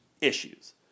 issues